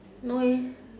no eh